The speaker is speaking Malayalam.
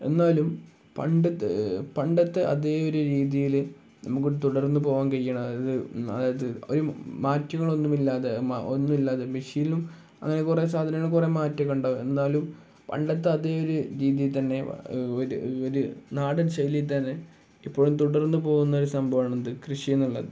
എന്നാലും പണ്ടത്തെ പണ്ടത്തെ അതേ ഒരു രീതിയിൽ നമുക്ക് തുടർന്ന് പോവാൻ കഴിയണം അതായത് അതായത് ഒരു മാറ്റങ്ങളൊന്നുമില്ലാതെ ഒന്നുമില്ലാതെ മെഷീനിലും അങ്ങനെ കുറേ സാധനങ്ങൾ കുറേ മാറ്റമൊക്കെ ഉണ്ടാവും എന്നാലും പണ്ടത്തെ അതേ ഒരു രീതിയിൽ തന്നെ ഒരു ഒരു നാടൻ ശൈലി തന്നെ ഇപ്പോഴും തുടർന്ന് പോകുന്ന ഒരു സംഭവമാണ് ഇത് കൃഷി എന്നുള്ളത്